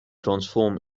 transform